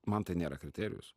man tai nėra kriterijus